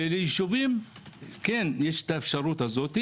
לישובים כן יש האפשרות הזו,